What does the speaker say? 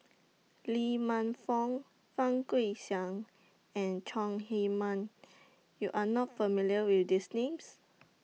Lee Man Fong Fang Guixiang and Chong Heman YOU Are not familiar with These Names